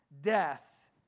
death